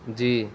جی